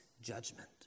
judgment